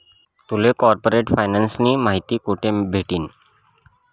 तुले कार्पोरेट फायनान्सनी माहिती कोठे भेटनी?